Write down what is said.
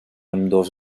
ambdós